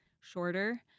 shorter